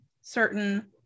certain